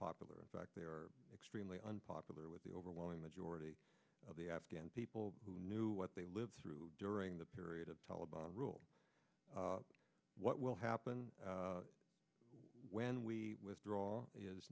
popular in fact they are extremely unpopular with the overwhelming majority of the afghan people who knew what they lived through during the period of taliban rule what will happen when we withdraw is